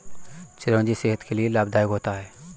चिरौंजी सेहत के लिए लाभदायक होता है